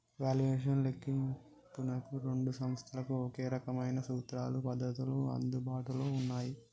valuation లెక్కింపునకు రెండు సంస్థలకు ఒకే రకమైన సూత్రాలు, పద్ధతులు అందుబాటులో ఉన్నయ్యి